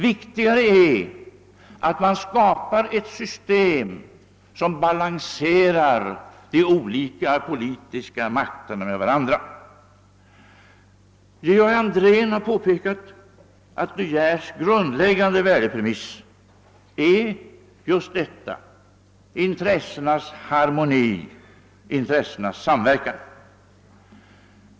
Viktigare är att man skapar ett system som balanserar de olika politiska makterna mot varandra. Georg Andrén har påpekat att De Geers grundläggande värdepremiss är just intressenas harmoni, intressenas samverkan.